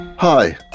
Hi